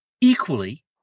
equally